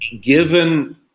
given